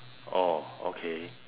oh okay